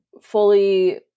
fully